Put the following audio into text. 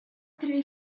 three